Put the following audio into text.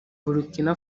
burkina